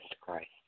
Christ